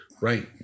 Right